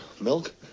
milk